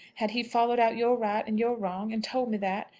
had he followed out your right and your wrong, and told me that,